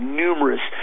numerous